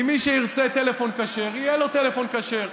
כי מי שירצה טלפון כשר, יהיה לו טלפון כשר,